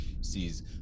sees